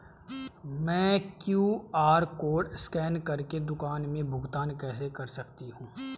मैं QR code scan कर के दुकान में भुगतान कैसे कर सकती हूँ?